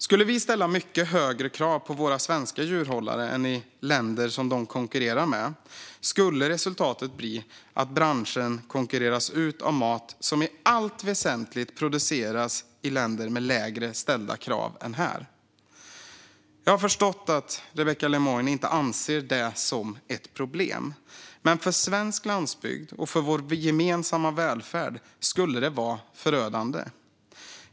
Skulle vi ställa mycket högre krav på våra svenska djurhållare än det görs i de länder de konkurrerar med skulle resultatet bli att branschen konkurreras ut av mat som i allt väsentligt produceras i länder med lägre ställda krav än här. Jag har förstått att Rebecka Le Moine inte anser det vara ett problem, men för svensk landsbygd och för vår gemensamma välfärd skulle det vara förödande.